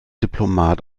diplomat